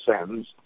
sentence